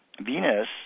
Venus